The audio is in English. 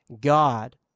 God